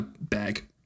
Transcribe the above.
bag